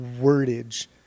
wordage